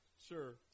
Sure